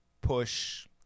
push